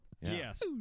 Yes